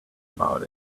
about